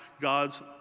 God's